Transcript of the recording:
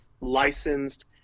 licensed